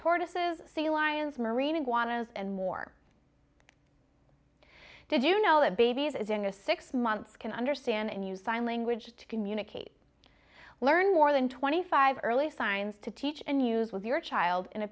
tortoises sea lions marine in quantities and more did you know that babies is in a six months can understand and use sign language to communicate learn more than twenty five early signs to teach and use with your child in a